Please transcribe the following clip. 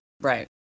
Right